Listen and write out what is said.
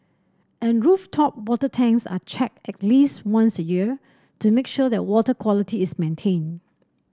and rooftop water tanks are checked at least once a year to make sure that water quality is maintained